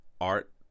art